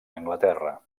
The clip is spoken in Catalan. anglaterra